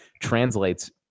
translates